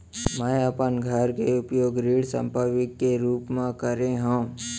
मै अपन घर के उपयोग ऋण संपार्श्विक के रूप मा करे हव